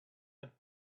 had